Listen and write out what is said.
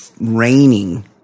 raining